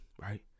Right